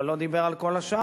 אבל לא דיבר על כל השאר.